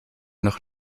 noch